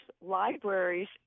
libraries